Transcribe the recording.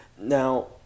Now